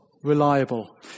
reliable